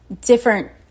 different